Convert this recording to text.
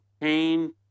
pain